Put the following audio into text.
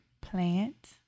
Plant